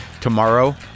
tomorrow